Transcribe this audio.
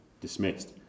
dismissed